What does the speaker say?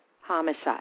homicide